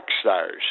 stars